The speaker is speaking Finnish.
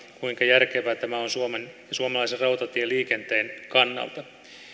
kuinka järkevä tämä on suomalaisen rautatieliikenteen kannalta